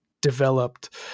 developed